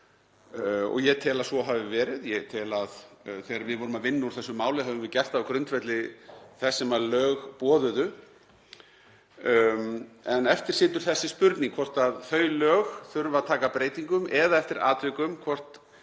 Ég tel að svo hafi verið. Ég tel að þegar við vorum að vinna úr þessu máli höfum við gert það á grundvelli þess sem lög boðuðu. En eftir situr sú spurning hvort þau lög þurfi að taka breytingum eða eftir atvikum hvort